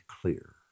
clear